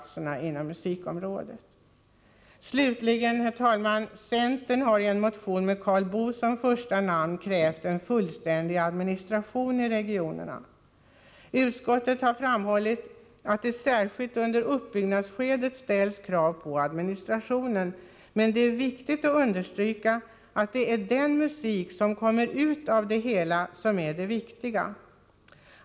8 5 Nr Å 5 11 december 1984 Slutligen, herr talman: Centern har i en motion med Karl Boo som första namn krävt en fullständig administration i regionerna. Utskottet har ER a SR B a Omorganisation av framhållit att det särskilt under uppbyggnadsskedet ställs krav på administraregionmusiken och tionen, men det är angeläget att understryka att det är den musik som 8 Rikskonserter kommer ut av det hela som är det viktiga.